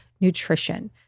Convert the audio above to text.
nutrition